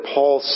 Paul